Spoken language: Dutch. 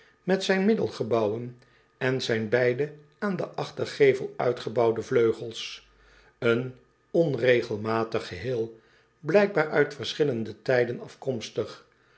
met zijn middelgebouw en zijn beide aan den achtergevel uitgebouwde vleugels een onregelmatig geheel blijkbaar uit verschillende tijden afkomstig